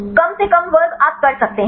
कम से कम वर्ग आप कर सकते हैं